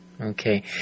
Okay